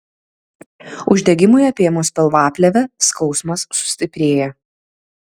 uždegimui apėmus pilvaplėvę skausmas sustiprėja